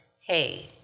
hey